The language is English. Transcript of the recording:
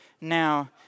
Now